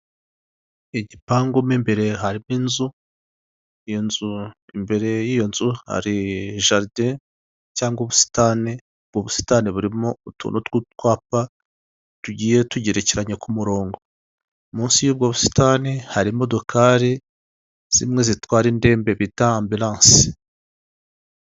Icyapa kiriho amafoto atatu magufi y'abagabo babiri uwitwa KABUGA n 'uwitwa BIZIMANA bashakishwa kubera icyaha cya jenoside yakorewe abatutsi mu Rwanda.